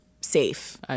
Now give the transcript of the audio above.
safe